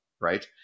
right